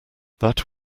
that